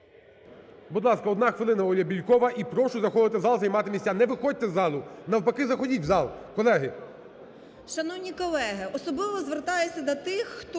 Будь ласка, одна хвилина, Оля Бєлькова. І прошу заходити в зал займати місця. Не виходьте з залу! Навпаки, заходіть в зал, колеги. 16:53:53 БЄЛЬКОВА О.В. Шановні колеги! Особливо звертаюся до тих, хто